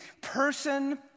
person